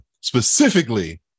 specifically